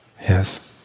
Yes